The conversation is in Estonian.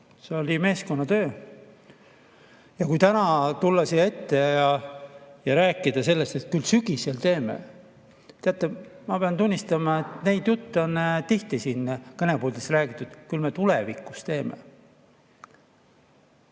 see oli meeskonnatöö. Ja täna tulla siia ette ja rääkida sellest, et küll sügisel teeme – teate, ma pean tunnistama, et neid jutte on tihti siin kõnepuldis räägitud, et küll me tulevikus teeme.